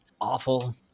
awful